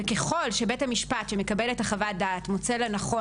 וככל שבית המשפט שמקבל את חוות הדעת מוצא לנכון